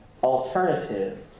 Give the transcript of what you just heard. alternative